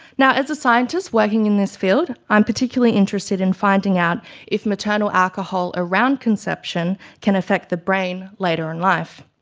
as a scientist working in this field, i'm particularly interested in finding out if maternal alcohol around conception can affect the brain later in life.